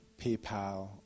PayPal